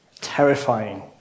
terrifying